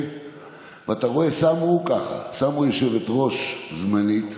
ואתה רואה ככה: שמו יושבת-ראש זמנית,